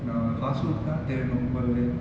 நா:na fast food தா தேடனும் போலயே:thaa thedanum polaye